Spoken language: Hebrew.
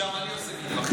שם אני עושה מטווחים.